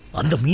and